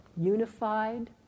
unified